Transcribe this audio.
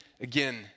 again